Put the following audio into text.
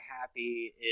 happy